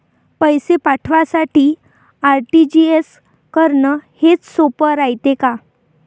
पैसे पाठवासाठी आर.टी.जी.एस करन हेच सोप रायते का?